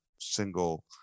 single